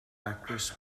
actress